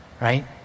right